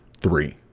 three